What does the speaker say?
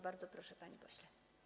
Bardzo proszę, panie pośle.